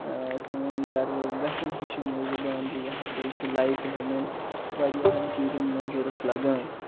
سٲنۍ گَرٕ وٲلۍ گَژھَن ہٮ۪چِھنۍ یہِ زبان یہِ زِ ہسا چھِ لایِفِہ ہٕنٛدٮ۪ن واریاہَن چیٖزَن منٛز ضروٗرت لگان